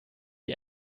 die